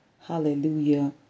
hallelujah